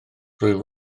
rwyf